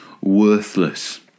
worthless